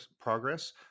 progress